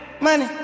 money